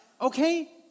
Okay